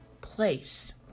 place